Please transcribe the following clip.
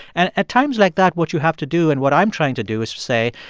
and at times like that, what you have to do and what i'm trying to do is to say,